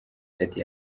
dady